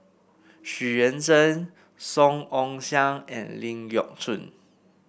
Xu Yuan Zhen Song Ong Siang and Ling Geok Choon